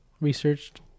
researched